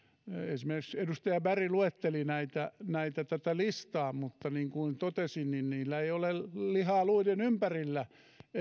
esimerkiksi edustaja berg luetteli tätä listaa mutta niin kuin totesin niillä ei ole lihaa luiden ympärillä